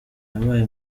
yabaye